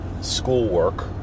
schoolwork